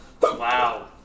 Wow